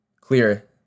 Clear